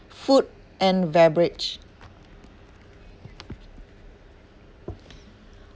food and beverage